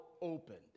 opened